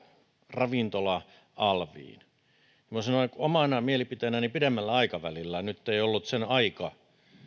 ravintola alviin niin voin sanoa omana mielipiteenäni pidemmällä aikavälillä nyt ei ollut sen aika